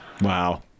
Wow